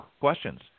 questions